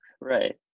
Right